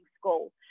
school